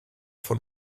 von